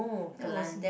that was